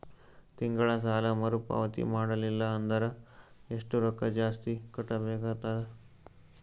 ತಿಂಗಳ ಸಾಲಾ ಮರು ಪಾವತಿ ಮಾಡಲಿಲ್ಲ ಅಂದರ ಎಷ್ಟ ರೊಕ್ಕ ಜಾಸ್ತಿ ಕಟ್ಟಬೇಕಾಗತದ?